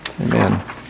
Amen